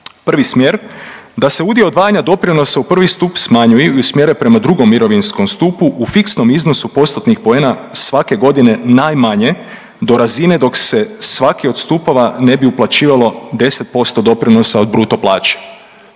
Prvi smjer da se udio odvajanja doprinosa u prvi stup smanjuju i usmjere prema drugom mirovinskom stupu u fiksnom iznosu postotnih poena svake godine najmanje do razine dok se svaki od stupova ne bi uplaćivalo 10% doprinosa od bruto plaće.